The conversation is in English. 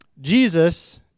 Jesus